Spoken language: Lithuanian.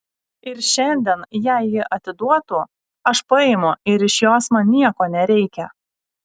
ir šiandien jei ji atiduotų aš paimu ir iš jos man nieko nereikia